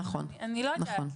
אני לא יודעת.